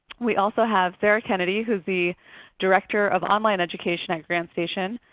we also have sara kennedy who is the director of online education at grantstation.